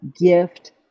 gift